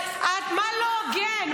מה לא הוגן?